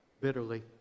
bitterly